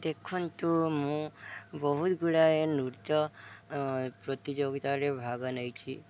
ଦେଖନ୍ତୁ ମୁଁ ବହୁତ ଗୁଡ଼ାଏ ନୃତ୍ୟ ପ୍ରତିଯୋଗିତାରେ ଭାଗ ନେଇଛି